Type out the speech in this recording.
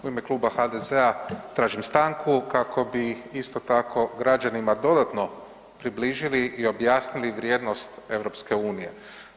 U ime kluba HDZ-a tražim stanku kako bi isto tako građanima dodatno približili i objasnili vrijednost EU-a.